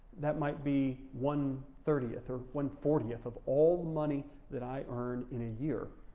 that might be one thirtieth or one fortieth of all the money that i earned in a year,